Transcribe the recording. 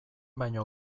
baino